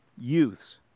youths